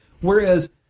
Whereas